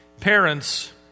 parents